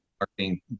marketing